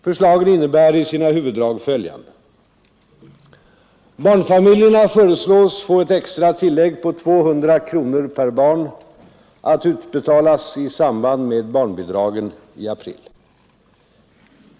Förslagen innebär i sina huvuddrag följande: Barnfamiljerna föreslås få ett extra tillägg på 200 kronor per barn, att utbetalas i samband med barnbidragen i april.